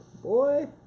Boy